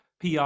PR